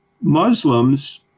Muslims